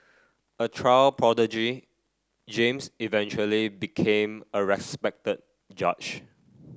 a child prodigy James eventually became a respected judge